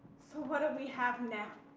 so what do we have now?